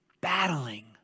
battling